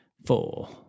Four